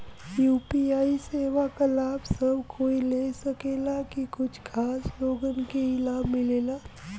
UPI सेवा क लाभ सब कोई ले सकेला की कुछ खास लोगन के ई लाभ मिलेला?